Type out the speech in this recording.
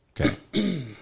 Okay